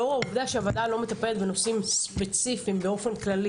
לאור העובדה שהוועדה לא מטפלת בנושאים ספציפיים באופן כללי,